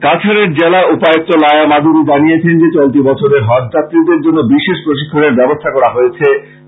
কাছাড়ের জেলা উপায়ুক্ত লায়া মাদ্দুরী জানিয়েছেন যে চলতি বছরের হজ যাত্রীদের জন্য বিশেষ প্রশিক্ষনের ব্যবস্থা করা হয়েছে